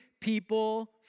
people